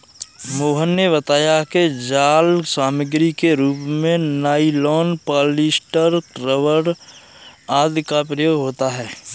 मोहन ने बताया कि जाल सामग्री के रूप में नाइलॉन, पॉलीस्टर, रबर आदि का प्रयोग होता है